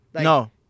No